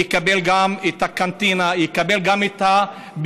יקבל גם את הקנטינה,